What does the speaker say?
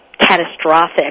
catastrophic